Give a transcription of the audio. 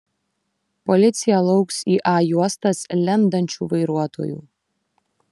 policija lauks į a juostas lendančių vairuotojų